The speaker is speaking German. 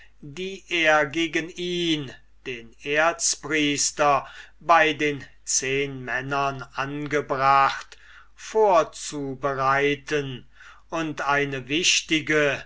die er gegen ihn den erzpriester bei den zehnmännern angebracht vorzubereiten und eine wichtige